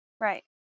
Right